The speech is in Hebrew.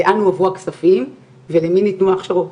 לאן הועברו הכספים ולמי ניתנו ההכשרות?